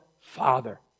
Father